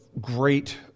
great